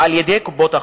על-ידי קופות-החולים.